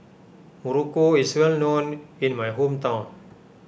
Muruku is well known in my hometown